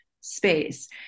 space